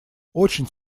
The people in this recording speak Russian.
очень